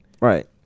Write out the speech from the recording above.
Right